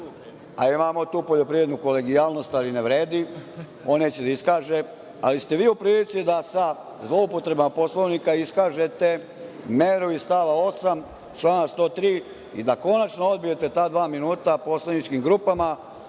a imamo tu poljoprivrednu kolegijalnost, ali ne vredi. On neće da iskaže, ali ste vi u prilici da sa zloupotrebama Poslovnika iskažete meru iz stava 8. člana 103. i da konačno odbijete ta dva minuta poslaničkim grupama